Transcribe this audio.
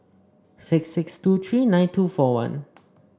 six six two tree nine two four one